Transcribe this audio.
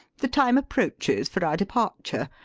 the time approaches for our departure.